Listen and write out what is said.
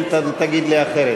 אלא אם אתה תגיד לי אחרת.